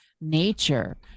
nature